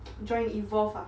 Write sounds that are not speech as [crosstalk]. [noise] join evolve ah